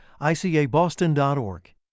ICABoston.org